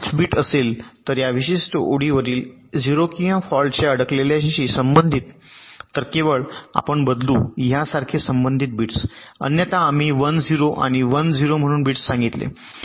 तर जर हे आयथ बिट असेल तर या विशिष्ट ओळीवरील 0 किंवा 1 फॉल्टच्या अडकलेल्याशी संबंधित तर केवळ आपण बदलू यासारखे संबंधित बिट्स अन्यथा आम्ही 1 ते 0 आणि 1 0 म्हणून बिट्स सांगितले